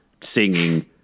singing